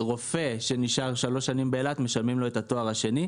רופא שנשאר שלוש שנים באילת משלמים לו את התואר השני,